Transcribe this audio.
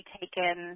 taken